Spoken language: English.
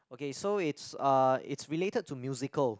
okay so it's it's uh related to musical